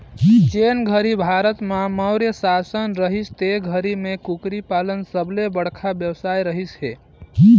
जेन घरी भारत में मौर्य सासन रहिस ते घरी में कुकरी पालन सबले बड़खा बेवसाय रहिस हे